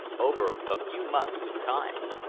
over a few months of time!